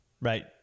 Right